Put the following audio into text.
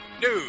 news